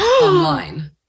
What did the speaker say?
online